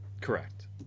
Correct